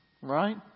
Right